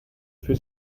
für